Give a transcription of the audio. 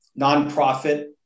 nonprofit